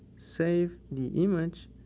save the image,